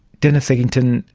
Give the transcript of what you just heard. dennis eggington,